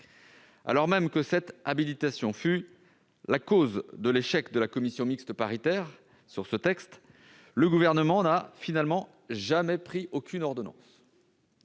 Alors même que cette habilitation, fut la cause de l'échec de la commission mixte paritaire sur ce texte, le gouvernement n'a finalement jamais pris aucune ordonnance